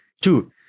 Two